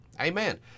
Amen